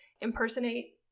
impersonate